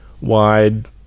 wide